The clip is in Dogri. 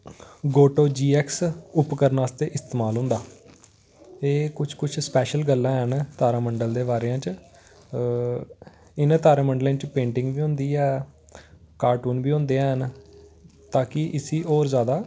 गोटो जी एक्स उपकरण आस्तै इस्तेमाल होंदा एह् कुछ कुछ स्पेशल गल्लां हैन तारामंडल दे बारे च इ'नें तारामंडलें च पेंटिंग बी होंदी ऐ कार्टून बी होंदे हैन ताकि इसी होर जादा